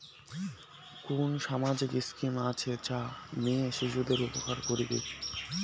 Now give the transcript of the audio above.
কুন সামাজিক স্কিম আছে যা মেয়ে শিশুদের উপকার করিবে?